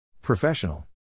Professional